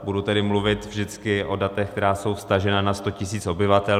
Budu tedy mluvit vždycky o datech, která jsou vztažena na 100 tisíc obyvatel.